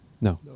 No